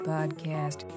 Podcast